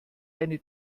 eine